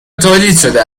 تولیدشده